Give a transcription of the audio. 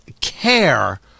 care